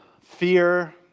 fear